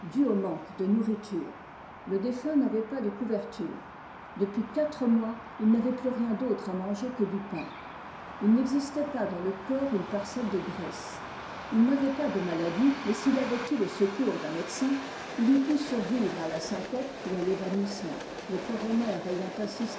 de nourriture le défunt n'avait pas de couvertures depuis quatre mois il n'avait plus rien d'autre à manger que du pain il n'existait pas dans le corps une parcelle de graisse ii n'avait pas de maladie mais s'il avait eu le secours d'un médecin il eût pu survivre à la syncope ou à l'évanouissement lecoroner ayantinsistësurlecaractère